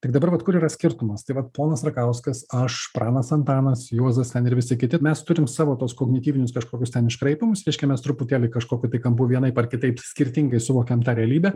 tik dabar vat kur yra skirtumas tai vat ponas rakauskas aš pranas antanas juozas ten ir visi kiti mes turim savo tuos kognityvinius kažkokius ten iškraipymus reiškia mes truputėlį kažkokiu tai kampu vienaip ar kitaip skirtingai suvokiam tą realybę